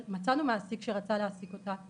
מצאנו מעסיק שרצה להעסיק אותה,